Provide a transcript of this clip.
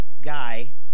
guy